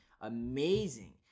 amazing